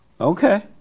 Okay